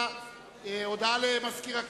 הודעה למזכיר הכנסת.